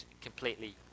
completely